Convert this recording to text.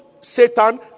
Satan